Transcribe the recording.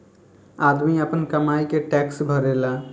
आदमी आपन कमाई के टैक्स भरेला